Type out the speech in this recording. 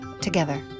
together